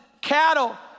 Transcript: cattle